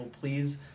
please